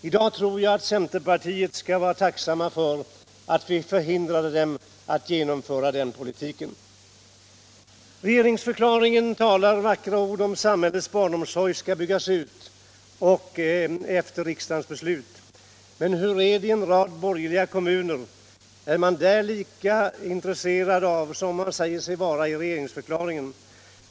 I dag tror jag att man inom centerpartiet skall vara tacksam för att vi hindrade partiet från att genomföra sin politik. Regeringsförklaringen talar vackra ord om att samhällets barnomsorg skall byggas ut efter riksdagens beslut. Men hur är det i en rad borgerliga kommuner? Är man där lika intresserad som man säger sig vara i regeringsförklaringen?